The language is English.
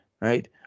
Right